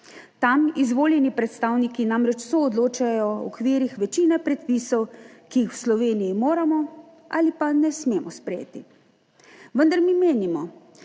Tam izvoljeni predstavniki namreč soodločajo okvirih večine predpisov, ki jih v Sloveniji moramo ali pa ne smemo sprejeti. Vendar mi menimo,